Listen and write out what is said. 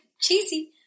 Cheesy